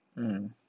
mm